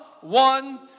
one